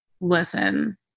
Listen